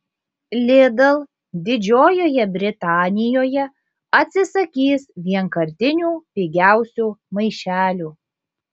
lidl didžiojoje britanijoje atsisakys vienkartinių pigiausių maišelių